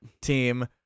team